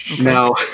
Now